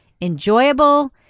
enjoyable